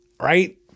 right